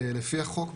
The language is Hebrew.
לפי החוק,